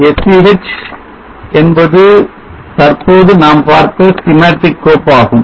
sch என்பது தற்போது நாம் பார்த்த schematic கோப்பு ஆகும்